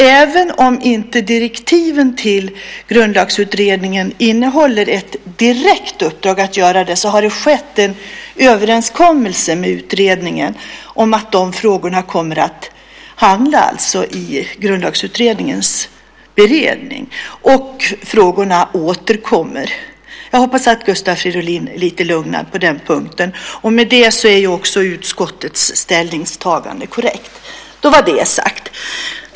Även om inte direktiven till Grundlagsutredningen innehåller ett direkt uppdrag att göra det så har det skett en överenskommelse med utredningen om att de frågorna kommer att hamna i Grundlagsutredningens beredning. Frågorna återkommer. Jag hoppas att Gustav Fridolin är lite lugnad på den punkten. Med det är också utskottets ställningstagande korrekt. Då var det sagt!